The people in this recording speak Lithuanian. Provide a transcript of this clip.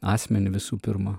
asmenį visų pirma